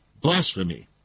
blasphemy